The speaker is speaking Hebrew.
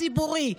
בשירות הציבורי.